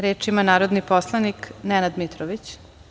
Reč ima narodni poslanik Nenad Mitrović.